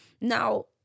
Now